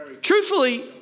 Truthfully